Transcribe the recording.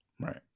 Right